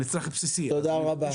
תודה רבה.